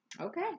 Okay